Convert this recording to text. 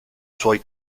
suoi